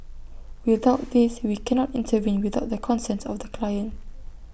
without this we cannot intervene without the consent of the client